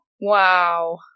Wow